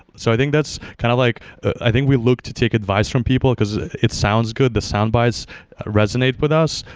so i think that's kind of like i think we look to take advice from people, because it sounds good. the sound bites resonate with us.